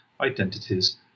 identities